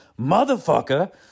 motherfucker